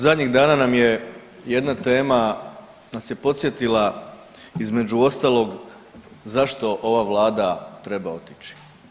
Zadnjih dana nam je jedna tema nas je podsjetila između ostalog zašto ova vlada treba otići.